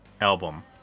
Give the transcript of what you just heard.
album